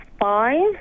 five